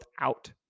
out